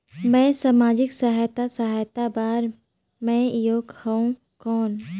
मैं समाजिक सहायता सहायता बार मैं योग हवं कौन?